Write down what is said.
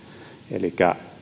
elikkä